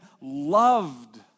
loved